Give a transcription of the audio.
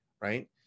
Right